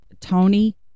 tony